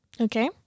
Okay